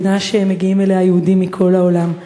מדינה שמגיעים אליה יהודים מכל העולם.